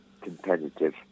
competitive